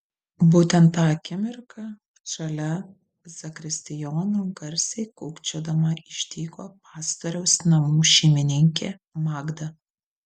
būtent tą akimirką šalia zakristijono garsiai kūkčiodama išdygo pastoriaus namų šeimininkė magda